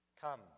Come